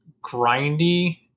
grindy